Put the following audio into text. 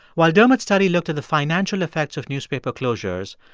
while dermot's study looked at the financial effects of newspaper closures,